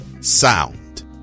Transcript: sound